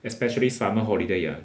especially summer holiday ah